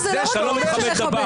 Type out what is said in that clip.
זה לא רק עניין של לכבד.